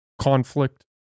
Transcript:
conflict